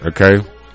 okay